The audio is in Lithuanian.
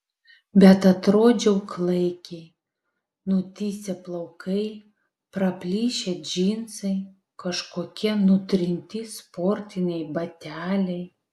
bet atrodžiau klaikiai nutįsę plaukai praplyšę džinsai kažkokie nutrinti sportiniai bateliai